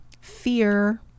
fear